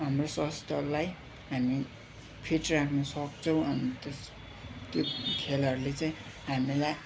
हाम्रो स्वास्थ्यलाई हामी फिट राख्नसक्छौँ अनि त्यस त्यो खेलहरूले चाहिँ हामीलाई